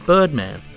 Birdman